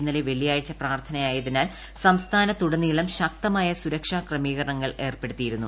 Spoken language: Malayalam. ഇന്നലെ വെള്ളിയാഴ്ച പ്രാർഥനയായതിനാൽ സംസ്ഥാനത്തുടനീളം ശക്തമായ സുരക്ഷാ ക്രമീകരണങ്ങൾ ഏർപ്പെടുത്തിയിരുന്നു